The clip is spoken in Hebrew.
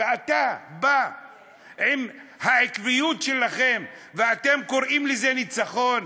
ואתה בא עם העקביות שלכם, ואתם קוראים לזה ניצחון?